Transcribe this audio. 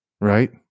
Right